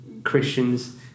Christians